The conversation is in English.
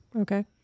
Okay